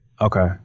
Okay